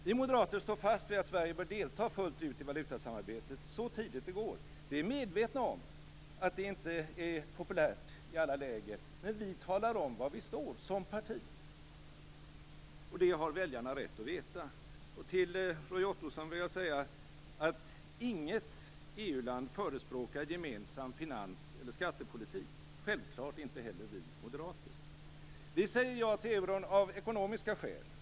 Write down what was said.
Vi moderater står fast vid att Sverige bör delta fullt ut i valutasamarbetet så tidigt det går. Vi är medvetna om att det inte är populärt i alla läger. Men vi talar om var vi står som parti, och det har väljarna rätt att veta. Till Roy Ottosson vill jag säga att inget EU-land förespråkar gemensam finans eller skattepolitik, och självfallet inte heller vi moderater. Vi säger ja till euron av ekonomiska skäl.